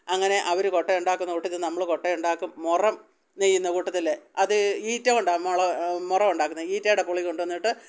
അങ്ങനെ അവർ കൊട്ട ഉണ്ടാക്കുന്ന കൂട്ടത്തില് നമ്മളും കൊട്ട ഉണ്ടാക്കും മുറം നെയ്യുന്ന കൂട്ടത്തിൽ അത് ഈറ്റ കൊണ്ടാണ് മുള മുറം ഉണ്ടാക്കുന്നത് ഈറ്റയുടെ പുളി കൊണ്ടു വന്നിട്ട്